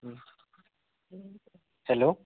hello